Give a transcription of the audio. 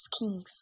kings